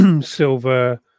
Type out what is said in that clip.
Silver